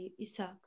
Isaac